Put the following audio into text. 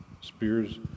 spears